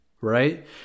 right